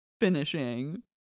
finishing